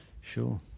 Sure